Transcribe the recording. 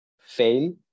fail